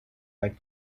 like